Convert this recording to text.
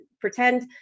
pretend